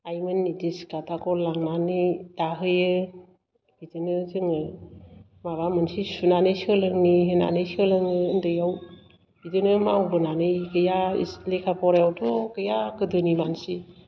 आय मोननि दिस खाथाखौ लांनानै दाहैयो बिदिनो जोङो माबा मोनसे सुनानै सोलोंनि होन्नानै सोलोङो ओन्दैयाव बिदिनो मावबोनानै गैया लेखा फरायावथ' गैया गोदोनि मानसि